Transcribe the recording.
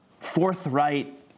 forthright